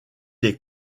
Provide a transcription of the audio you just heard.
est